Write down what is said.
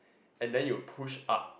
and then you push up